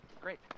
great